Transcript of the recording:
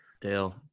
Dale